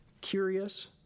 curious